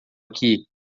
aqui